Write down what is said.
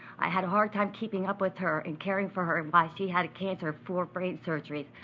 i had a hard time keeping up with her and caring for her, while she had a cancer, four brain surgeries.